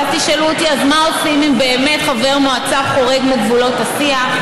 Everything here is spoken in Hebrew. ואז תשאלו אותי אז מה עושים אם באמת חבר מועצה חורג מגבולות השיח?